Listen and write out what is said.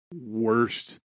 worst